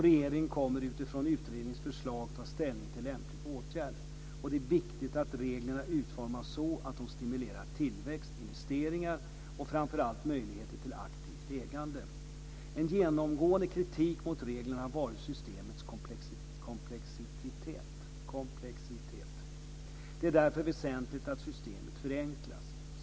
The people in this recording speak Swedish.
Regeringen kommer utifrån utredningens förslag ta ställning till lämpliga åtgärder. Det är viktigt att reglerna utformas så att de stimulerar tillväxt, investeringar och framför allt möjligheter till aktivt ägande. En genomgående kritik mot reglerna har varit systemets komplexitet. Det är därför väsentligt att systemet förenklas.